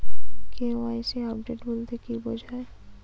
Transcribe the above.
KYC update বলতে কি বোঝায়?